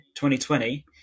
2020